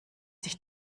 sich